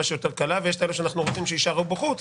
קלה ויש אנשים שאנחנו רוצים שיישארו בחוץ,